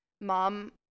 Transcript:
Mom